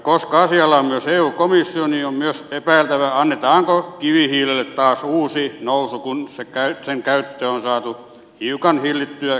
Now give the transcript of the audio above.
koska asialla on myös eu komissio niin on myös epäiltävä annetaanko kivihiilelle taas uusi nousu kun sen käyttöä on saatu hiukan hillittyä